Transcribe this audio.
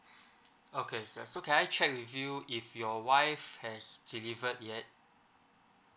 okay so sir can I check with you if your wife has delivered yet